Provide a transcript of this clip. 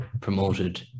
promoted